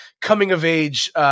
coming-of-age